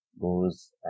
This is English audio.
goes